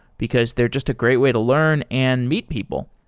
because they're just a great way to learn and meet people.